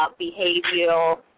behavioral